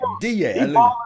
da